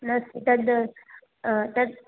न तद् तद्